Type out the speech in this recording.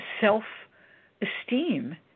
self-esteem